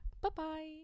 Bye-bye